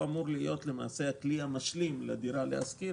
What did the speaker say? הוא אמור להיות הכלי המשלים לדירה להשכיר